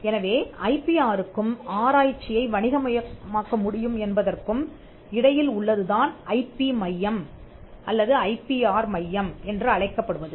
எனவே ஐபிஆருக்கும் ஆராய்ச்சியை வணிக மயமாக்க முடியும் என்பதற்கும் இடையில் உள்ளதுதான் ஐபி மையம் அல்லது ஐ பி ஆர் மையம் என்று அழைக்கப்படுவது